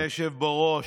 אדוני היושב-ראש,